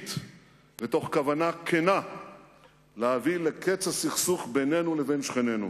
חיובית ותוך כוונה כנה להביא לקץ הסכסוך בינינו לבין שכנינו.